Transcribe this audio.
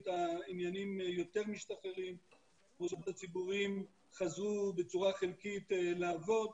העניינים יותר משתחררים --- חזרו בצורה חלקית לעבוד,